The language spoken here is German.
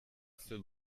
für